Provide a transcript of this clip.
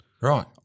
Right